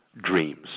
dreams